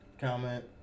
comment